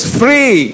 free